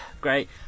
Great